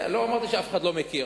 לא אמרתי שאף אחד לא מכיר,